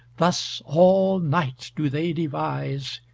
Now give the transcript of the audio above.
thus all night do they devise,